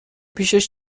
پیشش